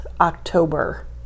October